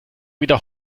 wieder